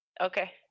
Okay